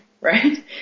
Right